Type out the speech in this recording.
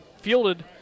fielded